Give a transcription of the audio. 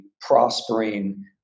prospering